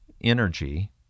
energy